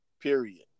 Period